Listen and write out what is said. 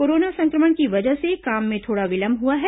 corona सं क्र मण की वजह से काम में थोड़ा विलंब हुआ है